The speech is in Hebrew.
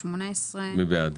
כי תבין באיזה מצב אתם נמצאים כרגע.